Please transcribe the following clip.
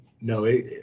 no